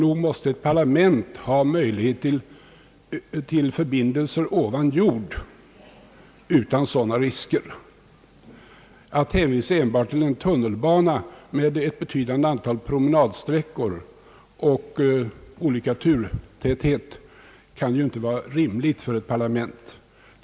Nog måste ett parlament ha möjligheter till förbindelser ovan jord utan sådana risker. Att hänvisa enbart till en tunnelbana med ett betydande antal promenadsträckor och olika turtäthet kan ju inte vara rimligt för ett parlament.